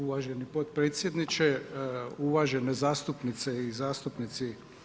Uvaženi potpredsjedniče, uvažene zastupnice i zastupnici.